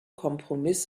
kompromiss